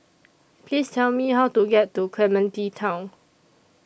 Please Tell Me How to get to Clementi Town